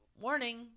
warning